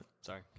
sorry